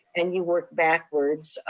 and you work backwards.